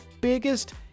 biggest